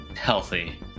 healthy